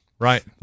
right